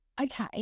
Okay